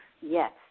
Yes